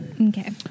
Okay